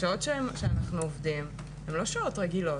השעות שאנחנו עובדים, הן לא שעות רגילות.